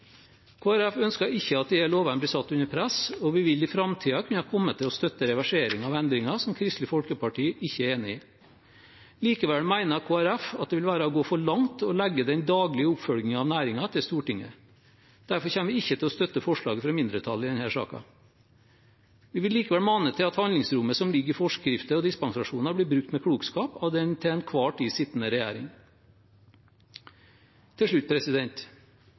ønsker ikke at disse lovene blir satt under press, og vi vil i framtiden kunne komme til å støtte reverseringer av endringer som Kristelig Folkeparti ikke er enig i. Likevel mener Kristelig Folkeparti at det vil være å gå for langt å legge den daglige oppfølgingen av næringen til Stortinget. Derfor kommer vi ikke til å støtte forslaget fra mindretallet i denne saken. Vi vil likevel mane til at handlingsrommet som ligger i forskrifter og dispensasjoner, blir brukt med klokskap av den til enhver tid sittende regjering. Til slutt: